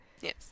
Yes